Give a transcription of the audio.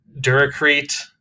Duracrete